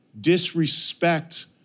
disrespect